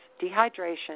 dehydration